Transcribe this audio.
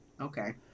Okay